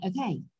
okay